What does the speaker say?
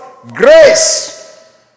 Grace